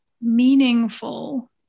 meaningful